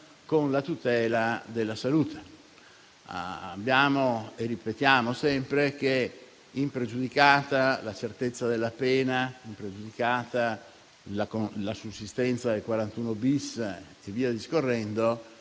con la tutela della salute. Ripetiamo sempre che, impregiudicata la certezza della pena e impregiudicata la sussistenza del 41*-bis*, la salute del